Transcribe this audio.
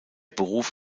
beruf